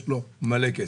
יש לו מלא כסף.